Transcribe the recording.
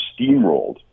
steamrolled